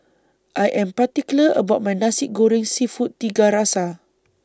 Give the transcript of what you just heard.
I Am particular about My Nasi Goreng Seafood Tiga Rasa